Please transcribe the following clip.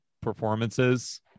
performances